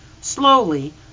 Slowly